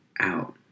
out